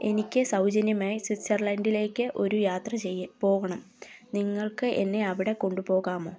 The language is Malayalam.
എനിക്ക് സൗജന്യമായി സ്വിറ്റ്സർലൻഡിലേക്ക് ഒരു യാത്ര പോകണം നിങ്ങൾക്ക് എന്നെ അവിടെ കൊണ്ടു പോകാമോ